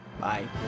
bye